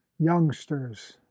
youngsters